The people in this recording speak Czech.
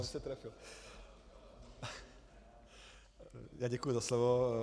Já děkuji za slovo.